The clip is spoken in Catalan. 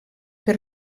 per